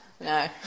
No